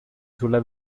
sulla